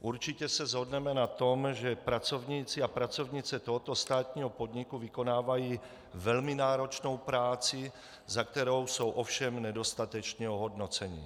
Určitě se shodneme na tom, že pracovníci a pracovnice tohoto státního podniku vykonávají velmi náročnou práci, za kterou jsou ovšem nedostatečně ohodnoceni.